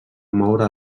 moure